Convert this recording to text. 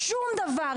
שום דבר,